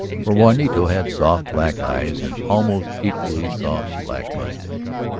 for juanito had soft black eyes and almost equally soft black mustaches,